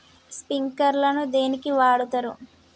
Sprinkler ను దేనికి వాడుతరు?